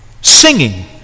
singing